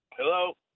Hello